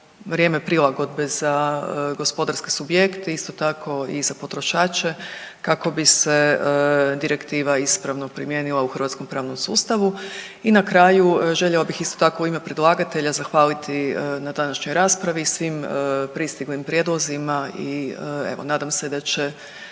vrijeme prilagodbe za gospodarske subjekte, isto tako i za potrošače kako bi se Direktiva ispravno primijenila u hrvatskom pravnom sustavu. I na kraju, željela bih isto tako u ime predlagatelja zahvaliti na današnjoj raspravi i svim pristiglim prijedlozima i evo, nadam se da će